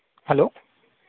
hello